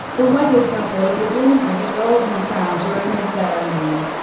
the wedded couple is adorned with a golden crown during the ceremony,